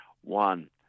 One